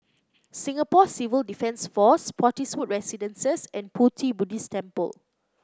Singapore Civil Defence Force Spottiswoode Residences and Pu Ti Buddhist Temple